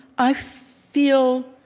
i feel,